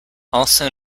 also